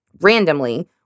randomly